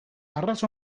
arras